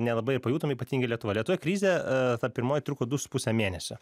nelabai pajutom ypatingai lietuvoj lietuvoj krizė ta pirmoji truko du su puse mėnesio